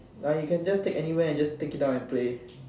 like you can just take anywhere and just take it down and play